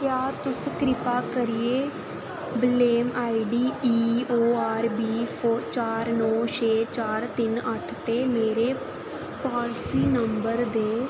क्या तुस किरपा करियै क्लेम आईडी ईओआरबी चार नौ छे चार तिन अट्ठ ते मेरे पालिसी नम्बर दे